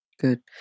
good